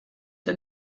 der